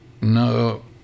No